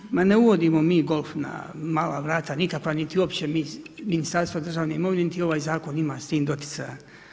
Drugo, ma ne uvodimo mi golf na mala vrata, nikakva, niti uopće mi Ministarstvo državne imovine, niti ovaj zakon ima s tim doticaja.